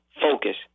focus